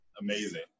amazing